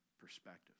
perspective